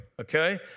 Okay